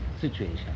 situation